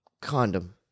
Condom